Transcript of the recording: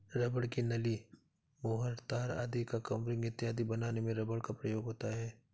rubber की नली, मुहर, तार आदि का कवरिंग इत्यादि बनाने में रबर का उपयोग होता है